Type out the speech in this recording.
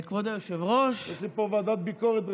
יש פה ועדת ביקורת רצינית,